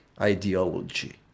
ideology